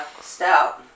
stout